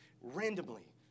randomly